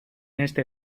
este